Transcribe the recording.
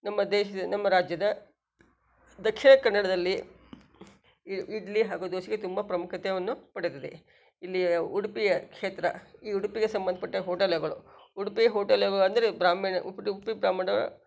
ನಮ್ಮ ದೇಶದ ನಮ್ಮ ರಾಜ್ಯದ ದಕ್ಷಿಣ ಕನ್ನಡದಲ್ಲಿ ಇಡ್ಲಿ ಹಾಗೂ ದೋಸೆಗೆ ತುಂಬ ಪ್ರಾಮುಖ್ಯತೆವನ್ನು ಪಡೆದಿದೆ ಇಲ್ಲಿಯ ಉಡುಪಿಯ ಕ್ಷೇತ್ರ ಈ ಉಡುಪಿಗೆ ಸಂಬಂಧಪಟ್ಟ ಹೋಟಲಗಳು ಉಡುಪಿ ಹೋಟೆಲ್ ವ ಅಂದರೆ ಬ್ರಾಹ್ಮಣ ಉ ಉಡುಪಿ ಬ್ರಾಹ್ಮಣರ